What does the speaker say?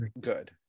good